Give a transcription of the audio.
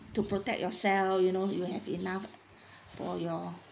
to protect yourself you know you have enough for your